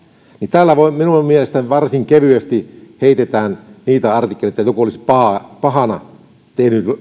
täällä minun mielestäni varsin kevyesti heitetään niillä artikkeleilla että joku olisi pahana tehnyt